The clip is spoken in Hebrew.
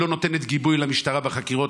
שלא נותנת גיבוי למשטרה בחקירות.